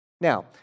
Now